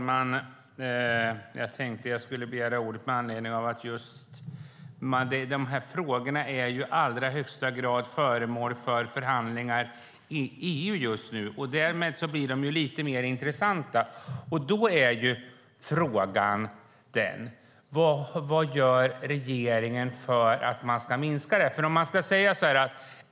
Herr talman! Jag begärde ordet med anledning av att de här frågorna just nu i allra högsta grad är föremål för förhandlingar i EU. Därmed blir frågorna lite mer intressanta. Därför undrar jag: Vad gör regeringen för att få en förändring?